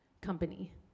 company